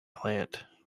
plant